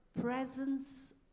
presence